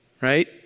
right